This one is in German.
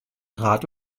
rad